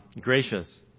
Gracious